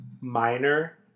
minor